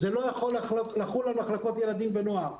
וברור לנו שזה לא יכול לחול על מחלקות הילדים והנוער.